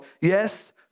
Yes